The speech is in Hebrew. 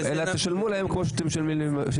אלא שתשלמו להם כפי שאתם משלמים למד"א.